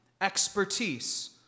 expertise